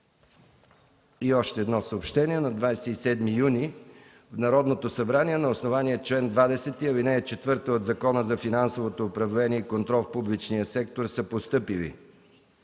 страната и чужбина. На 27 юни в Народното събрание на основание чл. 20, ал. 4 от Закона за финансовото управление и контрол в публичния сектор са постъпили: